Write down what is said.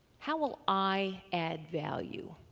how will i add value?